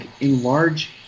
enlarge